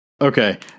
Okay